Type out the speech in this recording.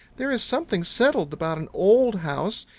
there is something settled about an old house.